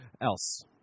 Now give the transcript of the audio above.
else